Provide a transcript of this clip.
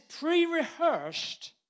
pre-rehearsed